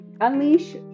unleash